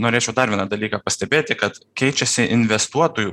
norėčiau dar vieną dalyką pastebėti kad keičiasi investuotojų